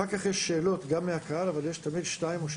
אחר-כך יש שאלות מהקהל ומהתלמידים.